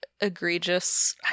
egregious